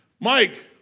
Mike